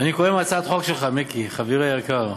אני קורא מהצעת החוק שלך, מיקי, חברי היקר.